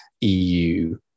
EU